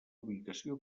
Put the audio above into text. ubicació